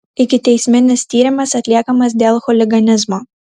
ikiteisminis tyrimas atliekamas dėl chuliganizmo